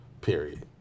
period